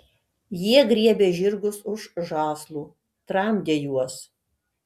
jie griebė žirgus už žąslų tramdė juos